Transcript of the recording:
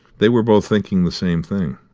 they were both thinking the same thing.